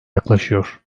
yaklaşıyor